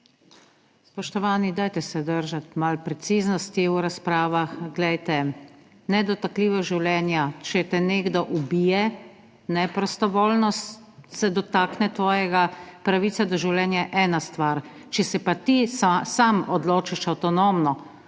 Spoštovani, dajte se držati malo preciznosti v razpravah. Glejte, nedotakljivost življenja, če te nekdo ubije, ne prostovoljno, se dotakne tvojega. Pravica do življenja je ena stvar, če se pa ti sam odločiš, avtonomno